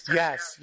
yes